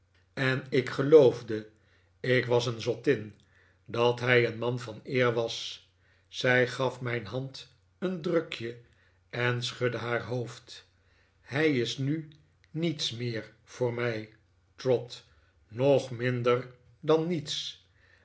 en ik geloofde ik was een zottin dat hij een man van eer was zij gaf mijn hand een drukje en schudde haar hoofd hij is nu niets meer voor mij trot nog minder dan niets